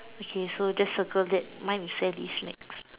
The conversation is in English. okay so just circle that mine is Sally's snacks